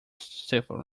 stifle